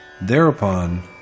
Thereupon